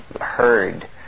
heard